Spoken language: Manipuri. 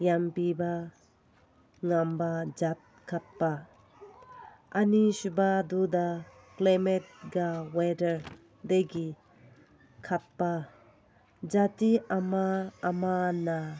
ꯌꯥꯝ ꯄꯤꯕ ꯉꯝꯕ ꯖꯥꯠ ꯈꯟꯕ ꯑꯅꯤꯁꯨꯕꯗꯨꯗ ꯀ꯭ꯂꯥꯏꯃꯦꯠꯀ ꯋꯦꯗꯔꯗꯒꯤ ꯈꯟꯕ ꯖꯥꯇꯤ ꯑꯃ ꯑꯃꯅ